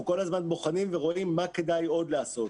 כל הזמן בוחנים ורואים מה כדאי עוד לעשות,